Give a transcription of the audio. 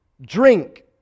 drink